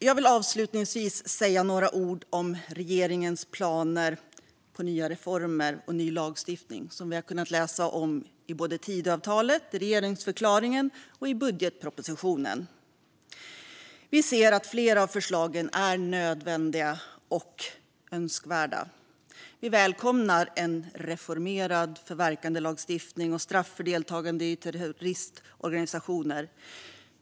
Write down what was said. Jag vill avslutningsvis säga några ord om regeringens planer på nya reformer och ny lagstiftning, som vi har kunnat läsa om i Tidöavtalet, regeringsförklaringen och budgetpropositionen. Vi ser att flera av förslagen är nödvändiga och önskvärda. Vi välkomnar en reformerad förverkandelagstiftning och straff för deltagande i terroristorganisationer.